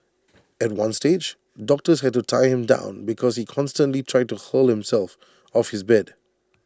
at one stage doctors had to tie him down because he constantly tried to hurl himself off his bed